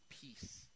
peace